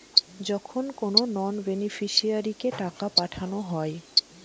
যখন কোনো নন বেনিফিশিয়ারিকে টাকা পাঠানো হয়